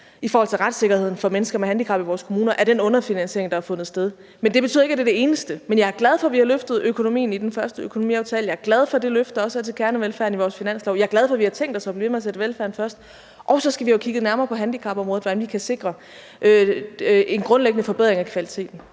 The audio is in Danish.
i forhold til retssikkerheden for mennesker med handicap i vores kommuner er den underfinansiering, der har fundet sted; det betyder ikke, at det er den eneste, men jeg er glad for, at vi har løftet økonomien i den første økonomiaftale. Jeg er glad for det løft, der også er til kernevelfærden i vores finanslov. Jeg er glad for, at vi har tænkt os at blive ved med at sætte velfærden først. Og så skal vi jo have kigget nærmere på handicapområdet, i forhold til hvordan vi kan sikre en grundlæggende forbedring af kvaliteten.